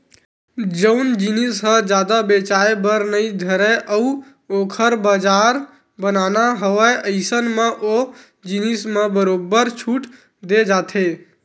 जउन जिनिस ह जादा बेचाये बर नइ धरय अउ ओखर बजार बनाना हवय अइसन म ओ जिनिस म बरोबर छूट देय जाथे